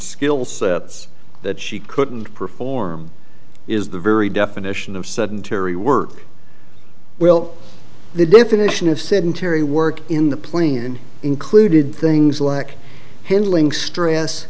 skill sets that she couldn't perform is the very definition of sedentary work well the definition of sedentary work in the plane included things like hindering stress